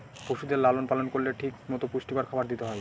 পশুদের লালন পালন করলে ঠিক মতো পুষ্টিকর খাবার দিতে হয়